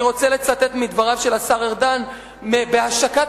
אני רוצה לצטט מדבריו של השר ארדן בהשקת